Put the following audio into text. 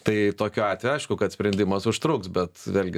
tai tokiu atveju aišku kad sprendimas užtruks bet vėlgi